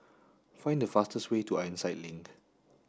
find the fastest way to Ironside Link